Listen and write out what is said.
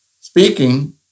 Speaking